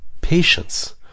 patience